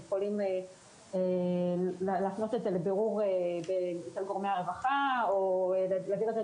הם יכולים להפנות את זה לבירור אצל גורמי הרווחה או -.